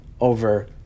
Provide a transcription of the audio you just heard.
over